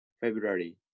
February